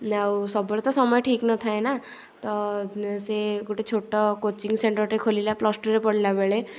ଆଉ ସବୁବେଳେ ତ ସମୟ ଆଉ ଠିକ ନ ଥାଏ ନା ତ ସିଏ ଗୋଟେ ଛୋଟ କୋଚିଂ ସେଣ୍ଟରଟେ ଖୋଲିଲା ପ୍ଲସ୍ଟୁରେ ପଢ଼ିଲା ବେଳେ